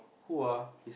who ah